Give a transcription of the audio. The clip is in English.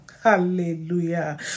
Hallelujah